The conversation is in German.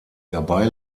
dabei